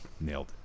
Nailed